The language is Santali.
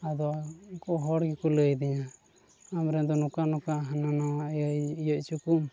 ᱟᱫᱚ ᱩᱱᱠᱩ ᱦᱚᱲ ᱜᱮᱠᱚ ᱞᱟᱹᱭ ᱟᱫᱤᱧᱟ ᱟᱢ ᱨᱮᱱ ᱫᱚ ᱱᱚᱝᱠᱟ ᱱᱚᱝᱠᱟ ᱦᱟᱱᱟ ᱱᱟᱣᱟ ᱤᱭᱟᱹ ᱤᱭᱟᱹ ᱦᱚᱪᱚ ᱠᱚᱢ